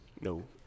No